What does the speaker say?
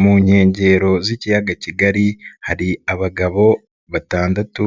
Mu nkengero z'ikiyaga kigari hari abagabo batandatu,